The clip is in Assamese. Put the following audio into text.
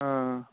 অঁ